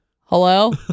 hello